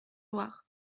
loir